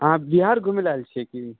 अहाँ बिहार घुमै लए आयल छियै की